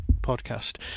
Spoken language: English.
podcast